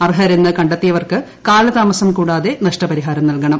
അർഹരെന്ന് കണ്ടെത്തിയവർക്ക് കാലതാമസം കൂടാതെ നഷ്ടപരിഹാരം നല്കണം